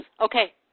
Okay